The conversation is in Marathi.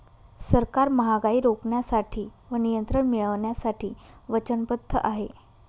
सरकार महागाई रोखण्यासाठी व नियंत्रण मिळवण्यासाठी वचनबद्ध आहे